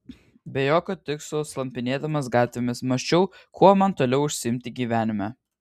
be jokio tikslo slampinėdamas gatvėmis mąsčiau kuom man toliau užsiimti gyvenime